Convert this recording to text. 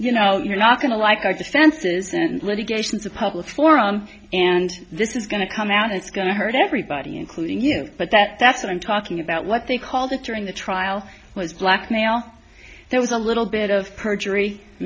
you know you're not going to like our defenses and litigations a public forum and this is going to come out it's going to hurt everybody including you but that that's what i'm talking about what they call the during the trial was blackmail there was a little bit of perjury i